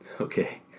Okay